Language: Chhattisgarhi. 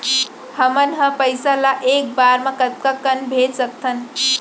हमन ह पइसा ला एक बार मा कतका कन भेज सकथन?